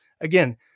Again